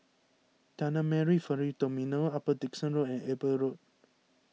Tanah Merah Ferry Terminal Upper Dickson Road and Eber Road